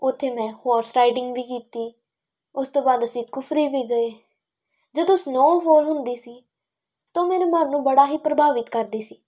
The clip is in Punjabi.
ਉੱਥੇ ਮੈਂ ਹੋਰਸ ਰਾਈਡਿੰਗ ਵੀ ਕੀਤੀ ਉਸ ਤੋਂ ਬਾਅਦ ਅਸੀਂ ਕੁਫਰੀ ਵੀ ਗਏ ਜਦੋਂ ਸਨੋਅਫੋਲ ਹੁੰਦੀ ਸੀ ਤਾਂ ਮੇਰੇ ਮਨ ਨੂੰ ਬੜਾ ਹੀ ਪ੍ਰਭਾਵਿਤ ਕਰਦੀ ਸੀ